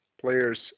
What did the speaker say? players